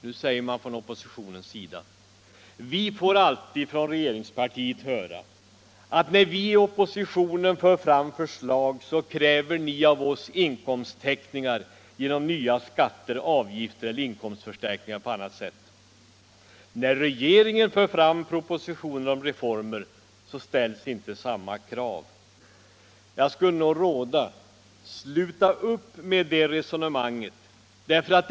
Nu säger man inom oppositionen: Vi får alltid från regeringspartiet höra att när vi i oppositionen för fram förslag så kräver ni av oss inkomsttäckning genom nya skatter, avgifter eller inkomstförstärkningar på annat sätt. Men när regeringen för fram sina propositioner om reformer ställs inte samma krav. — Jag skulle nog vilja råda er att sluta upp med det resonemanget.